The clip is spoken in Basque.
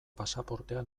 pasaportea